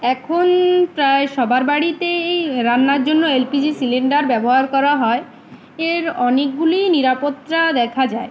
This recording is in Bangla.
এখন প্রায় সবার বাড়িতে এই রান্নার জন্য এলপিজি সিলিন্ডার ব্যবহার করা হয় এর অনেকগুলি নিরাপত্তা দেখা যায়